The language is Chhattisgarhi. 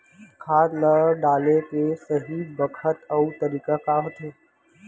खाद ल डाले के सही बखत अऊ तरीका का होथे?